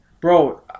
bro